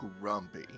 grumpy